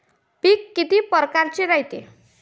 पिकं किती परकारचे रायते?